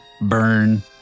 burn